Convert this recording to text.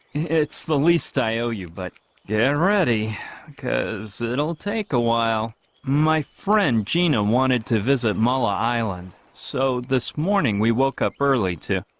it's the least i owe you but get yeah ready because it'll take a while my friend gina wanted to visit mullah island so this morning we woke up early to